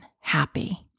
happy